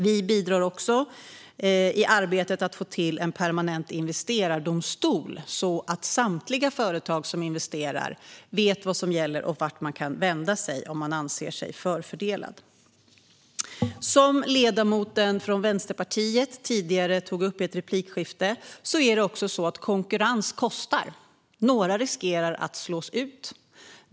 Vi bidrar även i arbetet med att få till en permanent investerardomstol, så att samtliga företag som investerar ska veta vad som gäller och vart de kan vända sig om de anser sig förfördelade. Som ledamoten från Vänsterpartiet tog upp i ett replikskifte tidigare är det så att konkurrens kostar. Några riskerar att slås ut.